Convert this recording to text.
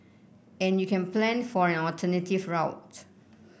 and you can plan for an alternative route